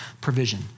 provision